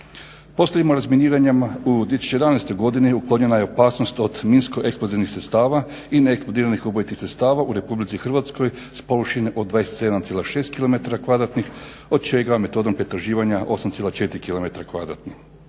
se./… razminiranjem u 2011. godini uklonjena je opasnost od minsko eksplozivnih sredstava i neeksplodiranih ubojitih sredstava u Republici Hrvatskoj s površine od 27,6 km2, od čega metodom pretraživanja 8,4 km2,